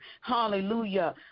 Hallelujah